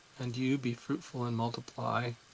and you, be fruitful and multiply,